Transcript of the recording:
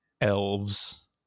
elves